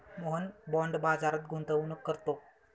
Mohan bond बाजारात गुंतवणूक करतो